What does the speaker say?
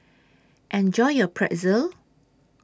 Enjoy your Pretzel